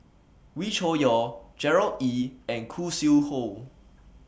Wee Cho Yaw Gerard Ee and Khoo Sui Hoe